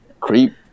creep